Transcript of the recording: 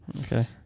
Okay